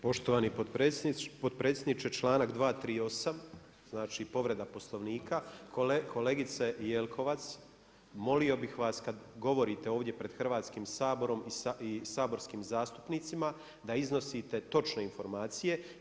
Poštovani potpredsjedniče, čl. 238 povreda Poslovnika, kolegice Jelkovac, molio bi vas kad govorite ovdje pred Hrvatskim saborom i saborskim zastupnicima, da iznosite točne informacije.